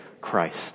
Christ